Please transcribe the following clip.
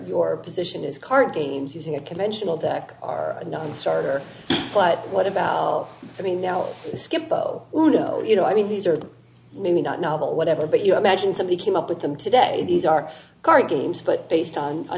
your position is card games using a conventional deck are nonstarter but what about i mean now schiphol or no you know i mean these are maybe not novel whatever but you imagine somebody came up with them today these are card games but based on a